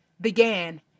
began